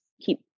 keep